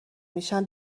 میشن